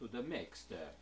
to the mix that